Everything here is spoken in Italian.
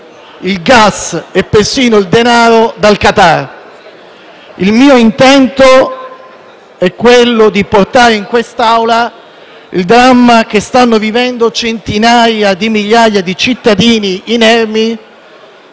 Il mio intento è quello di portare in quest'Aula il dramma che stanno vivendo centinaia di migliaia di cittadini inermi